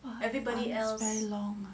!wah! thats very long